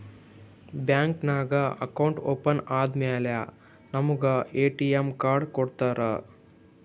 bank ನಾಗ್ account open ಆದಮ್ಯಾಲ ನಮುಗ ಎ.ಟಿ.ಎಮ್ ಕಾರ್ಡ್ ಕೊಡ್ತಾರ್